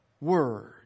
word